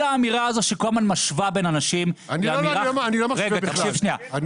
גם האמירה שלך שהאנשים האלה 100 פלוס היא אמירה